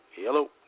Hello